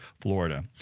Florida